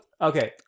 okay